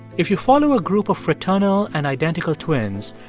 if you follow a group of fraternal and identical twins,